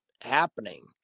happening